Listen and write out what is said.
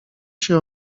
się